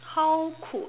how could